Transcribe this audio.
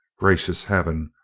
gracious heaven!